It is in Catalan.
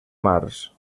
març